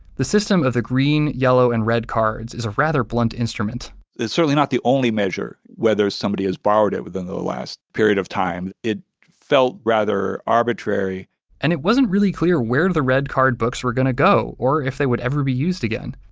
the system of the green, yellow and red cards is a rather blunt instrument it's certainly not the only measure, whether somebody has borrowed it within the last period of times. it felt rather arbitrary and it wasn't really clear where the red card books were going to go, or if they would ever be used again.